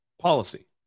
policy